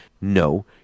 no